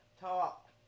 Talk